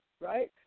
right